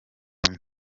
mbi